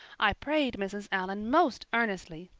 i prayed, mrs. allan, most earnestly,